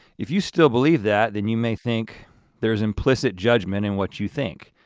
if you still believe that, then you may think there's implicit judgment in what you think.